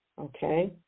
Okay